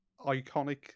iconic